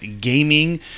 gaming